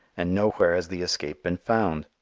and nowhere has the escape been found.